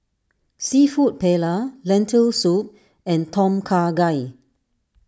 Seafood Paella Lentil Soup and Tom Kha Gai